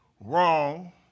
wrong